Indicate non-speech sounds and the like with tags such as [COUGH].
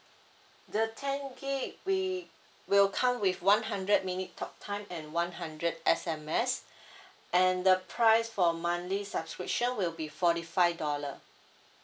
the ten gigabyte we will come with one hundred minute talk time and one hundred S_M_S [BREATH] and the price for monthly subscription will be forty five dollar